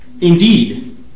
Indeed